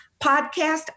podcast